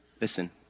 Listen